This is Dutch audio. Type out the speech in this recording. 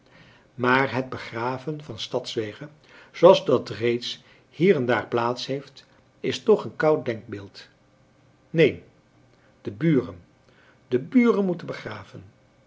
maar het begraven van stadswege zooals dat reeds hier en daar plaats heeft is toch een koud denkbeeld neen de buren de buren moeten begraven